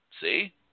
See